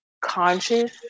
conscious